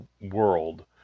world